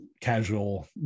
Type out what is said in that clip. casual